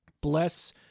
bless